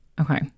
Okay